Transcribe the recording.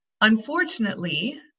Unfortunately